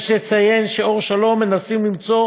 יש לציין ש"אור שלום" מנסים כבר עשור